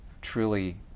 truly